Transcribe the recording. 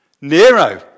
Nero